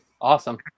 Awesome